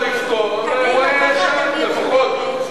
הכנסת דוד רותם, בבקשה.